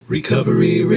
Recovery